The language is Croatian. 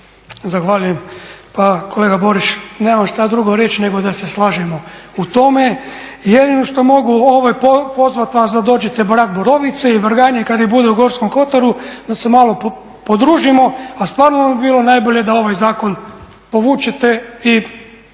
Zahvaljujem. Pa kolega Borić, nemam vam što drugi reći nego da se slažemo u tome. Jedino što mogu je pozvati vas da dođete brati borovnice i vrganje kada ih bude u Gorskom Kotaru da se malo podružimo, a stvarno bi vam bilo najbolje da ovaj zakon povučete i